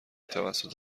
توسط